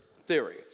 theory